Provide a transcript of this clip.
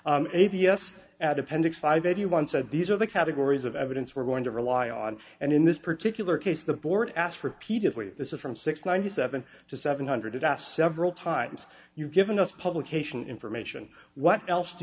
s at appendix five eighty one said these are the categories of evidence we're going to rely on and in this particular case the board asked repeatedly this is from six ninety seven to seven hundred it asked several times you've given us publication information what else do